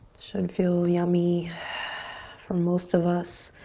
should feel yummy for most of us.